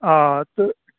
آ تہٕ